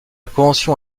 convention